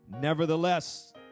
Nevertheless